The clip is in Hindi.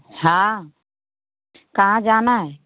हाँ कहाँ जाना है